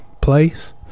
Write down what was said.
place